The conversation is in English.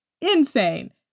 insane